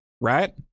right